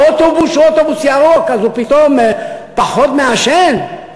או אוטובוס שהוא אוטובוס ירוק אז הוא פתאום פחות מעשן?